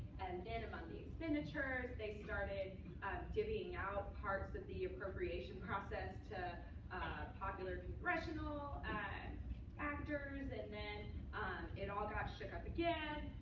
and then, among the expenditures, they started divvying out parts of the appropriation process to popular congressional actors. and then it all got shook up again.